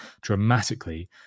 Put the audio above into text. dramatically